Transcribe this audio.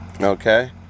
Okay